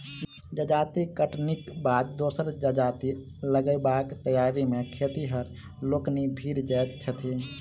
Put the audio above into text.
जजाति कटनीक बाद दोसर जजाति लगयबाक तैयारी मे खेतिहर लोकनि भिड़ जाइत छथि